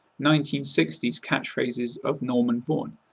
nineteen sixty s catchphrases of norman vaughan,